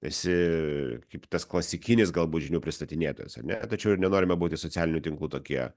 esi kaip tas klasikinis galbūt žinių pristatinėtojas ar ne tačiau ir nenorime būti socialinių tinklų tokie